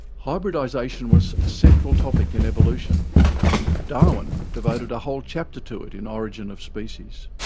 hybridisation was a central topic in evolution darwin devoted a whole chapter to it in origin of species.